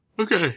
Okay